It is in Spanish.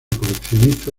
coleccionista